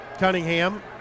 Cunningham